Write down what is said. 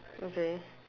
okay